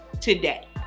today